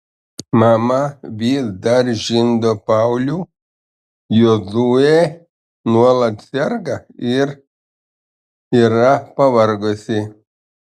mama vis dar žindo paulių jozuę nuolat serga ir yra pavargusi